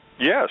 Yes